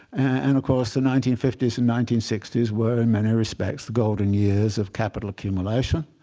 and of course, the nineteen fifty s and nineteen sixty s were, in many respects, the golden years of capital accumulation.